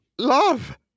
Love